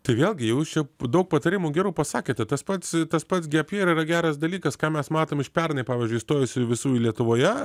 tai vėlgi jau čia daug patarimų gerų pasakėte tas pats tas pats gep jier yra geras dalykas ką mes matom iš pernai pavyzdžiui įstojusiųjų visų jų lietuvoje